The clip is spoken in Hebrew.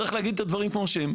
צריך להגיד את הדברים כמו שהם.